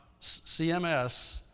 CMS